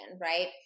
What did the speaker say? right